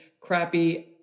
crappy